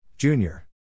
Junior